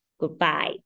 Goodbye